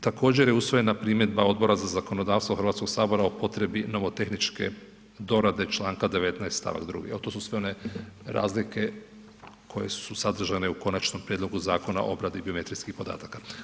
Također je usvojena primjedba Odbora za zakonodavstvo Hrvatskog sabora o potrebi nomotehničke dorade članka 19. stavak 2., to su sve one razlike koje su sadržane u Konačnom prijedlogu Zakona o obradi biometrijskih podataka.